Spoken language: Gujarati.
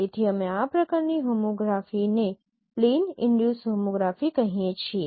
તેથી અમે આ પ્રકારની હોમોગ્રાફીને પ્લેન ઈનડ્યુસ હોમોગ્રાફી કહીએ છીએ